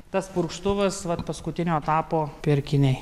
tas purkštuvas vat paskutinio etapo pirkiniai